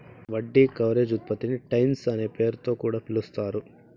వడ్డీ కవరేజ్ ఉత్పత్తిని టైమ్స్ అనే పేరుతొ కూడా పిలుస్తారు